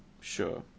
sure